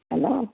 hello